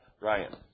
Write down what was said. Ryan